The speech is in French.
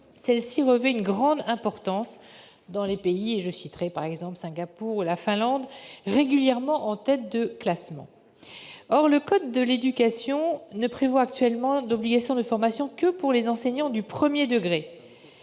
celle-ci revêt une grande importance dans des pays comme Singapour ou la Finlande, régulièrement en tête de classement. Or le code de l'éducation ne prévoit actuellement d'obligation de formation que pour les enseignants du premier degré.